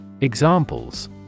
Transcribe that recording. Examples